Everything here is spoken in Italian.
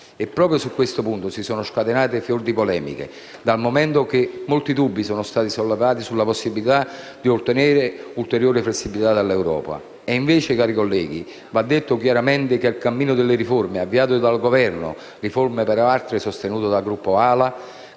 e proprio su questo punto si sono scatenate fior di polemiche, dal momento che molti dubbi sono stati sollevati sulla possibilità di ottenere ulteriore flessibilità dall'Europa. Invece, cari colleghi, va detto chiaramente che il cammino delle riforme avviato dal Governo e sostenuto dal Gruppo AL-A